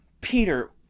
Peter